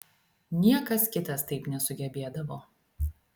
niekas kitas taip nesugebėdavo